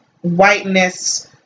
whiteness